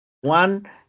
One